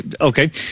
Okay